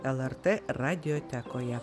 lrt radiotekoje